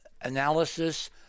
analysis